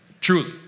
Truly